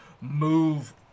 move